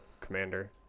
commander